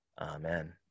amen